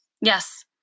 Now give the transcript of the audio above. Yes